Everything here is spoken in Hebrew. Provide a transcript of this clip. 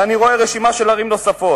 ואני רואה רשימה של ערים נוספות: